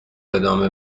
ادامه